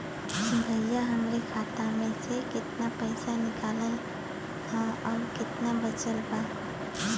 भईया हमरे खाता मे से कितना पइसा निकालल ह अउर कितना बचल बा?